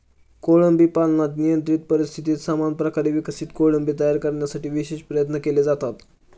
कोळंबी पालनात नियंत्रित परिस्थितीत समान प्रकारे विकसित कोळंबी तयार करण्यासाठी विशेष प्रयत्न केले जातात